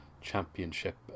championship